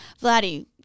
Vladdy